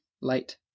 light